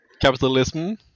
capitalism